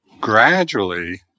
gradually